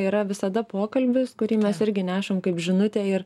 yra visada pokalbis kurį mes irgi nešam kaip žinutę ir